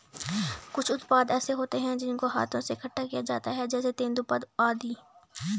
कुछ उत्पाद ऐसे होते हैं जिनको हाथों से इकट्ठा किया जाता है जैसे तेंदूपत्ता आदि